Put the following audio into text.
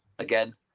Again